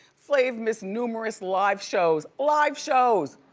flav missed numerous live shows, live shows.